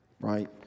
Right